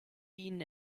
dienen